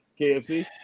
KFC